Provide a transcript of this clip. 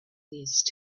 these